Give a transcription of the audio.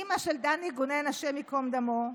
אימא של דני גונן, השם ייקום דמו,